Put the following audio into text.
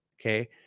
okay